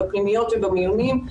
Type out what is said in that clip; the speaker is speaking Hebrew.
בפנימיות ובמיונים.